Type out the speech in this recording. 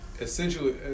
essentially